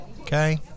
Okay